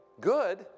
good